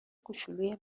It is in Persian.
کوچولوی